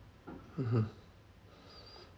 mmhmm